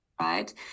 Right